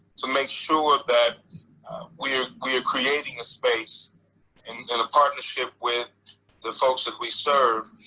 to make sure that we are we are creating a space and and a partnership with the folks that we serve.